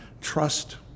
trust